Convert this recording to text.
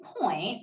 point